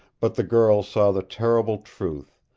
but the girl saw the terrible truth,